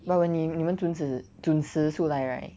but when 你你们准时准时出来 right